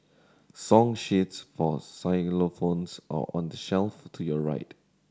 song sheets for xylophones are on the shelf to your right